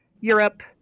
Europe